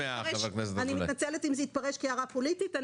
אני מתנצלת אם זה התפרש כהערה פוליטית.